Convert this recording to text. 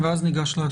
ואז ניגש להצבעה.